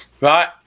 Right